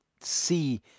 see